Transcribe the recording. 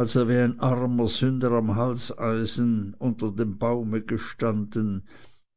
als er wie ein armer sünder am halseisen unter dem baume gestanden